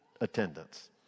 attendance